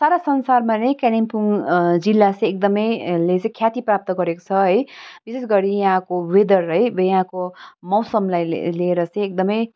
सारा संसारमा नै कालिम्पोङ जिल्ला चाहिँ एकदमैले चाहिँ ख्याती प्राप्त गरेको छ है विशेष गरी यहाँको वेदर है यहाँको मौसमलाई ले लिएर चाहँ एकदमै